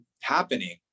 happening